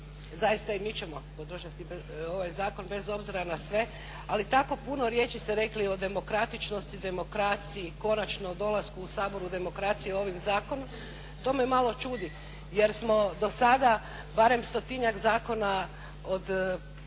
zaista i mi ćemo podržati ovaj zakon bez obzira na sve, ali tako puno riječi ste rekli o demokratičnosti, o demokraciji, konačno o dolasku u Sabor demokracije ovim zakonom. To me malo čudi jer smo do sada barem stotinjak zakona od